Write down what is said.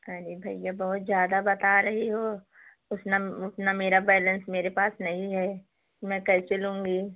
अरे भैया बहुत ज़्यादा बता रही हो उतना उतना मेरा बैलेन्स मेरे पास नहीं है मैं कैसे लूँगी